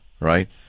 right